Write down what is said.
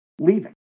leaving